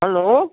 hello